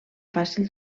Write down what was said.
fàcil